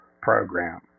program